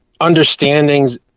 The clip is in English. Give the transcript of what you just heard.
understandings